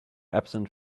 absent